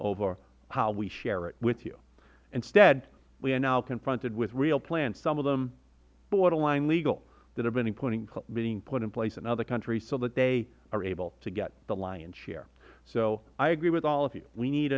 over how we share it with you instead we are now confronted with real plans some of them borderline legal that have been put in place in other countries so that they are able to get the lion's share so i agree with all of you we need